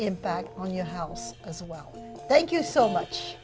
impact on your house as well thank you so much